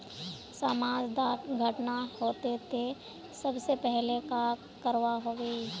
समाज डात घटना होते ते सबसे पहले का करवा होबे?